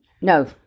No